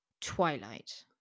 twilight